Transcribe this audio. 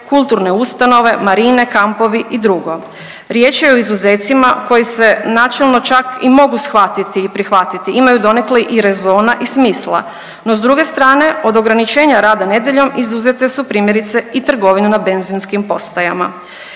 kulturne ustanove, marine, kampovi i drugo. Riječ je o izuzecima koji se načelno čak i mogu shvatiti i prihvatiti imaju donekle i rezona i smisla, no s druge strane od ograničenja rada nedjeljom izuzete su primjerice i trgovine na benzinskim postajama.